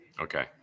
Okay